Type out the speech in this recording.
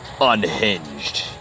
unhinged